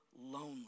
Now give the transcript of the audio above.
lonely